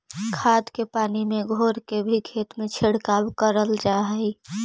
खाद के पानी में घोर के भी खेत में छिड़काव कयल जा हई